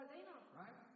Right